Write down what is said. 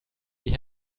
die